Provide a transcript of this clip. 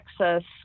Texas